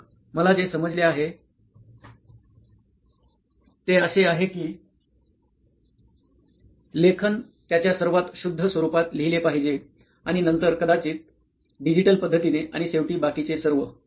प्राध्यापक मला जे समजले आहे ते असे आहे की लेखन त्याच्या सर्वात शुद्ध स्वरूपात लिहिले पाहिजे आणि नंतर कदाचित डिजिटल पद्धतीने आणि शेवटी बाकीचे सर्व